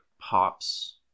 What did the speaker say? pops